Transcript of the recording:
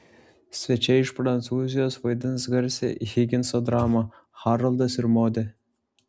svečiai iš prancūzijos vaidins garsią higinso dramą haroldas ir modė